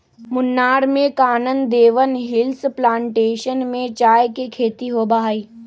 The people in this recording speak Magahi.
मुन्नार में कानन देवन हिल्स प्लांटेशन में चाय के खेती होबा हई